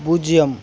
பூஜ்ஜியம்